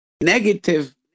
negative